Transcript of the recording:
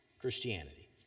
Christianity